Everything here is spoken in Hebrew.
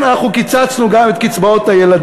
כן, אנחנו קיצצנו גם את קצבאות הילדים.